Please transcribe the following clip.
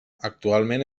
actualment